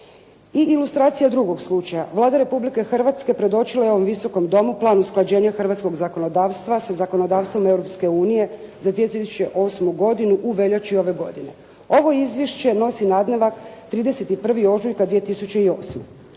I ilustracija drugog slučaja. Vlada Republike Hrvatske predočila je ovom Visokom domu Plan usklađenja hrvatskog zakonodavstva sa zakonodavstvom Europske unije za 2008. godinu u veljači ove godine. Ovo izvješće nosi nadnevak 31. ožujak 2008.